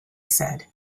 said